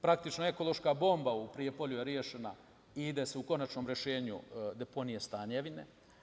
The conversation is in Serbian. Praktično ekološka bomba u Prijepolju je rešena i ide se u konačno rešenje deponije Stanjevine.